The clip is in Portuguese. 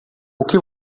que